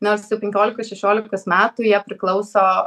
nors jau penkiolikos šešiolikos metų jie priklauso